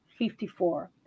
54